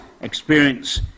experience